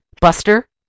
Buster